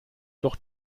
doch